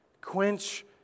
Quench